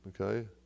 okay